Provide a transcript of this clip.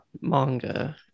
manga